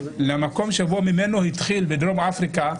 למקום שממנו הוא התחיל בדרום אפריקה,